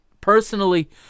Personally